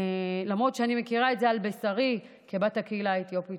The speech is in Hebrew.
למרות שאני מכירה את זה על בשרי כבת הקהילה האתיופית,